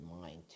mind